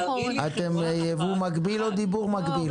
אתם יבוא מקביל או דיבור מקביל?